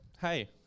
Hey